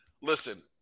listen